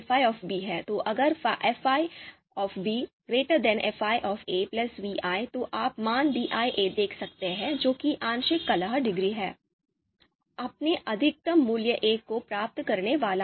तो अगर phi fi vi तो आप मान di देख सकते हैं जो कि आंशिक कलह डिग्री है अपने अधिकतम मूल्य १ को प्राप्त करने वाला है